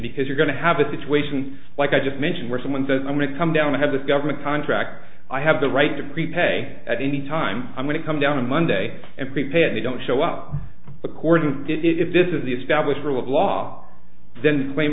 because you're going to have a situation like i just mentioned where someone says i'm going to come down i have the government contract i have the right to prepay at any time i'm going to come down on monday and prepared me don't show up according to did it if this is the established rule of law then